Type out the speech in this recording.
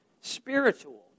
spiritual